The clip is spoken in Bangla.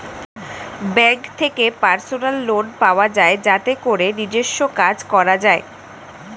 ব্যাংক থেকে পার্সোনাল লোন পাওয়া যায় যাতে করে নিজস্ব কাজ করা যায়